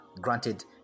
granted